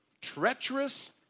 treacherous